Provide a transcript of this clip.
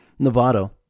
Novato